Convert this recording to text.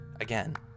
again